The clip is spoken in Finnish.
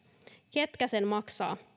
ketkä sen maksavat